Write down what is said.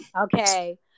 okay